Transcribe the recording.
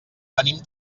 venim